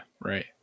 right